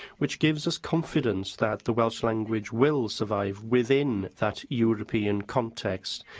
which gives us confidence that the welsh language will survive within that european context.